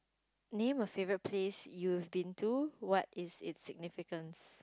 name a favourite place you have been to what is it's significance